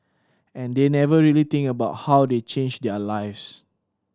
and they never really think about how they change their lives